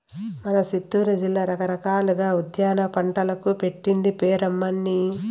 మన సిత్తూరు జిల్లా రకరకాల ఉద్యాన పంటలకు పెట్టింది పేరు అమ్మన్నీ